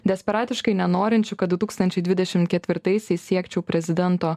desperatiškai nenorinčių kad du tūkstančiai dvidešim ketvirtaisiais siekčiau prezidento